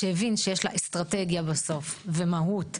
שהבין שיש לה אסטרטגיה בסוף, ומהות וייעוד,